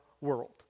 world